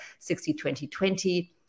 60-20-20